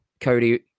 Cody